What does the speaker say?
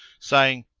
saying,